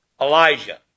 Elijah